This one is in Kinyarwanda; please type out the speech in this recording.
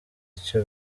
icyo